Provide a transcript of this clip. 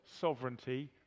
sovereignty